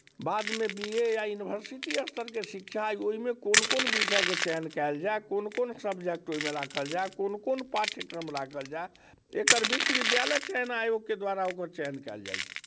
बादमे B A या university स्तरके शिक्षा अइ ओहिमे कोन कोन विषयके चयन कयल जाय कोन कोन सब्जेक्ट ओहिमे राखल जाय कोन कोन पाठ्यक्रम राखल जाए एकर विश्वविद्यालय चयन आयोगके द्वारा ओकर चयन कयल जाइत छै